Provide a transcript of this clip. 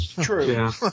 True